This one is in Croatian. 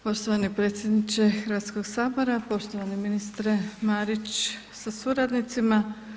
Poštovani predsjedniče Hrvatskog sabora, poštovani ministre Marić sa suradnicima.